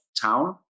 town